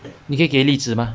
你可以给例子吗